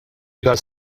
rigal